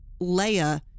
Leia